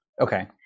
Okay